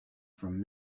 from